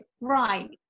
right